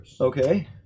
Okay